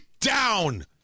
down